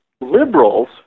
liberals